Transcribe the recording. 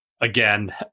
again